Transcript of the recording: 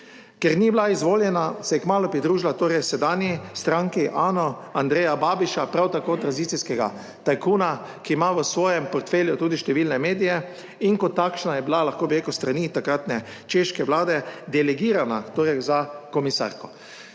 Ker ni bila izvoljena, se je kmalu pridružila torej sedanji stranki Ano Andreja Babiša, prav tako tranzicijskega tajkuna, ki ima v svojem portfelju tudi številne medije, in kot takšna je bila, lahko bi rekel, s strani takratne češke vlade delegirana torej za komisarko.